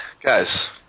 guys